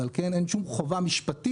ועל כן אין שום חובה משפטית